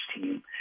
team